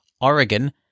Oregon